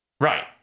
Right